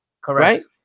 Correct